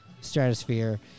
stratosphere